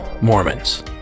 mormons